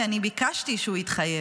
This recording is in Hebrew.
כי אני ביקשתי שהוא יתחייב,